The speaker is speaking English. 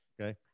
okay